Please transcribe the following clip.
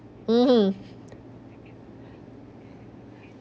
mmhmm